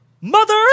Mother